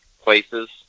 places